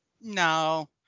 no